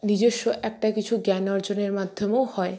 নিজেস্ব একটা কিছু জ্ঞান অর্জনের মাধ্যমেও হয়